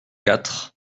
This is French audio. quatre